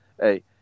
hey